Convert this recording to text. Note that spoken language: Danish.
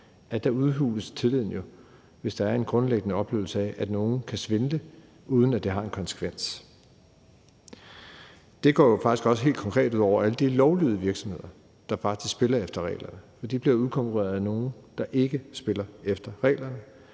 at tilliden udhules, hvis der er en grundlæggende oplevelse af, at nogle kan svindle, uden at det har en konsekvens, og det går faktisk også helt konkret ud over alle de lovlydige virksomheder, der faktisk spiller efter reglerne. For de bliver jo udkonkurreret af nogle, der ikke spiller efter reglerne,